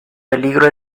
peligro